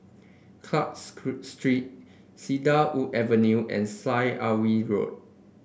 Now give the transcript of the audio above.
Clarke Street Cedarwood Avenue and Syed Alwi Road